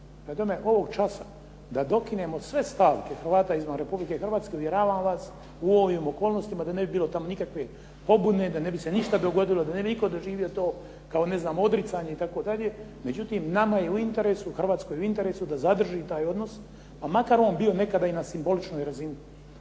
Prema tome, ovog časa da dokinemo sve stavke Hrvata izvan Republike Hrvatske uvjeravam vas u ovim okolnostima da ne bi bilo tamo nikakve pobune, da ne bi se ništa dogodilo, da ne bi nitko doživio to kao ne znam odricanje itd. Međutim, nama je u interesu, Hrvatskoj je u interesu da zadrži taj odnos pa makar on bio nekada i na simboličnoj razini.